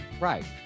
Right